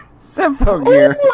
Symphogear